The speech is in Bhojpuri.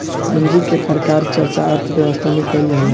पूंजी के प्रकार के चर्चा अर्थव्यवस्था में कईल जाला